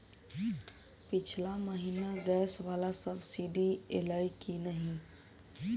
पिछला महीना गैस वला सब्सिडी ऐलई की नहि?